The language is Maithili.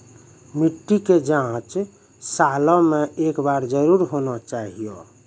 मिट्टी के जाँच सालों मे एक बार जरूर होना चाहियो?